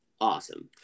awesome